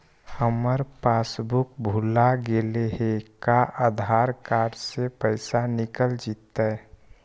हमर पासबुक भुला गेले हे का आधार कार्ड से पैसा निकल जितै?